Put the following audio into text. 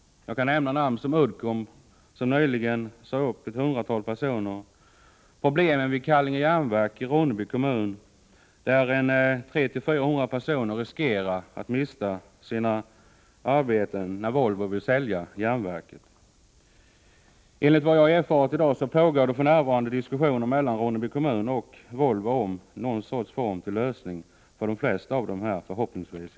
Jag kan nämna namn som Uddcomb, som nyligen sade upp ett hundratal personer, och Kallinge Jernverk i Ronneby, där 300 — 400 personer riskerar att mista sina arbeten när Volvo vill sälja järnverket. Enligt vad jag i dag har erfarit pågår för närvarande diskussioner mellan Ronneby kommun och Volvo om någon form av lösning för förhoppningsvis åtminstone de flesta av de här människorna.